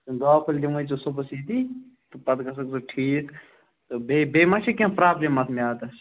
تِم دَوا پھٔلۍ دِمَے ژےٚ صُبحَس ییٚتی تہٕ پتہٕ گَژھکھ ژٕ ٹھیٖک تہٕ بیٚیہِ بیٚیہِ ما چھِ کیٚنٛہہ پرٛابلِم اَتھ میٛادس